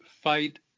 fight